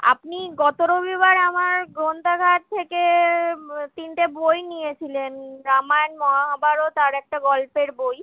আপনি গত রবিবার আমার গ্রন্থাগার থেকে তিনটে বই নিয়েছিলেন রামায়ণ মহাভারত আর একটা গল্পের বই